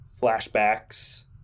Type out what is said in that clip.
flashbacks